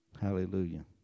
Hallelujah